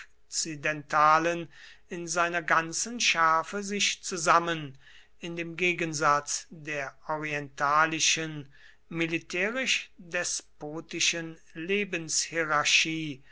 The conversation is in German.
okzidentalen in seiner ganzen schärfe sich zusammen in dem gegensatz der orientalischen militärisch despotischen lebenshierarchie